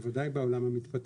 בוודאי בעולם המתפתח.